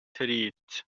تريد